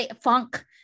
funk